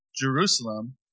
Jerusalem